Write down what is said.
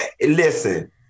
Listen